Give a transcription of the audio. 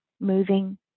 moving